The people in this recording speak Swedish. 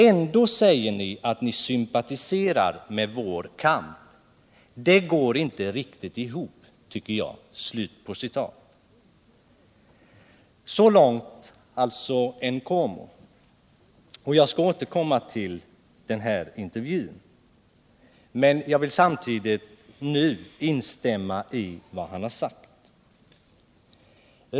Ändå säger ni att ni sympatiserar med vår kamp. Det går inte riktigt ihop, tycker jag.” Så långt Nkomo. Jag skall återkomma till denna intervju, men jag vill nu instämma i vad han har sagt.